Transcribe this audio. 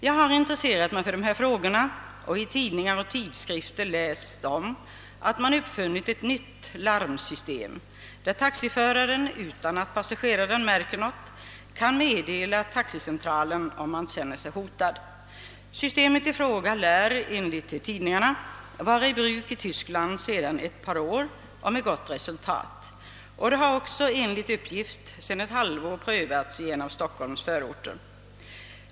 Jag har intresserat mig för dessa frågor och i tidningar och tidskrifter läst om att man nu har uppfunnit ett nytt larmsystem, där taxiföraren utan att passageraren märker någonting kan meddela taxicentralen om han känner sig hotad. Systemet i fråga lär enligt tidningarna vara i bruk i Tyskland sedan ett par år tillbaka och med gott resultat. Enligt uppgift har det också under det senaste halvåret prövats i en av Stockholms förorter.